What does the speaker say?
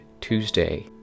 Tuesday